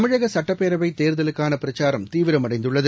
தமிழகசுட்டப்பேரவைதேர்தலுக்கானபிரச்சாரம் தீவிரமடைந்துள்ளது